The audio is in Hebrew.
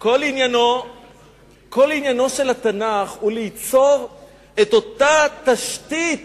עניינו של התנ"ך הוא ליצור את אותה תשתית